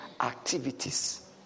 activities